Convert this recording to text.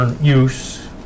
use